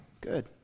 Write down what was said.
Good